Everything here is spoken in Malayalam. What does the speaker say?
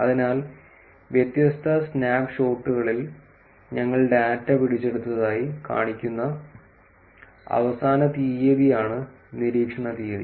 അതിനാൽ വ്യത്യസ്ത സ്നാപ്പ്ഷോട്ടുകളിൽ ഞങ്ങൾ ഡാറ്റ പിടിച്ചെടുത്തതായി കാണിക്കുന്ന അവസാന തീയതിയാണ് നിരീക്ഷണ തീയതി